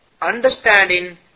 Understanding